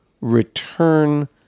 return